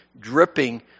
dripping